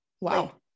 Wow